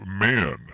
man